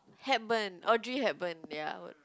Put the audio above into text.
Hepburn Audrey-Hepburn ya I would